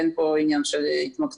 אין פה עניין של התמקצעות,